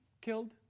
killed